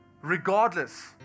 regardless